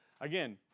Again